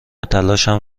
تلاشم